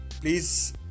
please